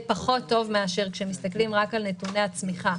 פחות טוב מאשר כאשר מסתכלים רק על נתוני הצמיחה.